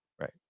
Right